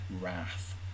wrath